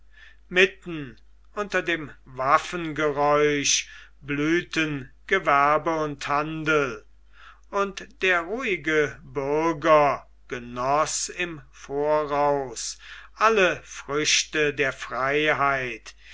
mitten unter dem waffengeräusch blühten gewerbe und handel und der ruhige bürger genoß im voraus alle früchte der freiheit